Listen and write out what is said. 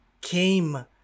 came